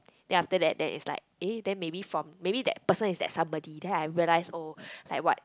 then after that then it's like eh then maybe from maybe that person is that somebody then I realise oh like what